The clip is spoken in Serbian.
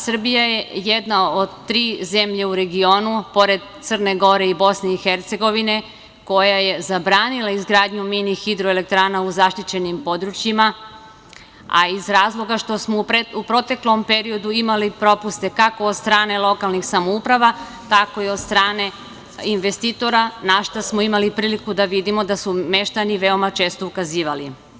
Srbija je jedna od tri zemlje u regionu, pored Crne Gore i Bosne i Hercegovine, koja je zabranila izgradnju mini-hidroelektrana u zaštićenim područjima, a iz razloga što smo u proteklom periodu imali propuste kako od strane lokalnih samouprava, tako i od strane investitora, na šta smo imali priliku da vidimo da su meštani veoma često ukazivali.